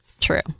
True